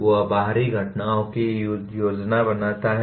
वह बाहरी घटनाओं की योजना बनाता है